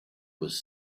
was